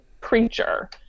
Preacher